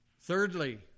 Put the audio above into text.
Thirdly